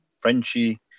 Frenchie